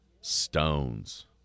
stones